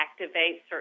activate